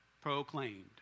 proclaimed